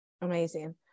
Amazing